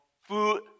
food